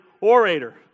orator